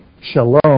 Shalom